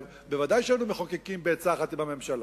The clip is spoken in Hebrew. ודאי שהיינו מחוקקים בעצה אחת עם הממשלה.